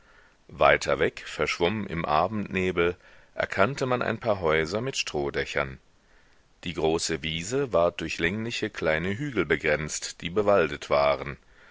weiter weg verschwommen im abendnebel erkannte man ein paar häuser mit strohdächern die große wiese ward durch längliche kleine hügel begrenzt die bewaldet waren